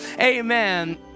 amen